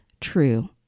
true